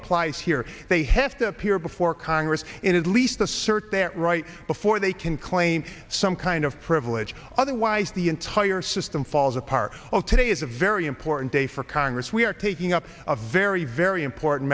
applies here they have to appear before congress in at least the cert their right before they can claim some kind of privilege otherwise the entire system falls apart well today is a very important day for congress we are taking up a very very important